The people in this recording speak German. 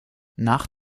nach